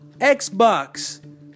Xbox